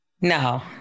No